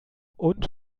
und